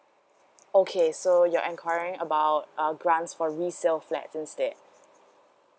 okay so you're enquiring about uh grants for resale flat instead